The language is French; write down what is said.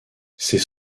ces